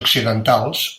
occidentals